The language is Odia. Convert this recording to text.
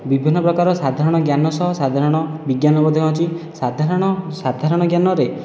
ବିଭିନ୍ନ ପ୍ରକାର ସାଧାରଣ ଜ୍ଞାନ ସହ ସାଧାରଣ ବିଜ୍ଞାନ ମଧ୍ୟ ଅଛି ସାଧାରଣ ସାଧାରଣ ଜ୍ଞାନରେ